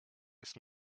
jest